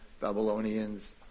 Babylonians